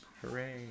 hooray